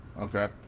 okay